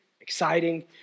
exciting